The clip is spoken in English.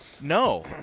No